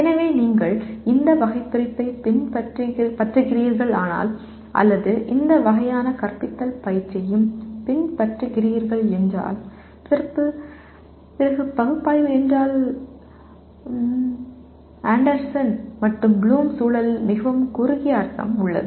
எனவே நீங்கள் இந்த வகைபிரிப்பைப் பின்பற்றுகிறீர்களானால் அல்லது இந்த வகையான கற்பித்தல் பயிற்சியையும் பின்பற்றுகிறீர்கள் என்றால் பிறகு பகுப்பாய்வு என்றால் ஆண்டர்சன் மற்றும் ப்ளூமின் சூழலில் மிகவும் குறுகிய அர்த்தம் உள்ளது